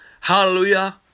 Hallelujah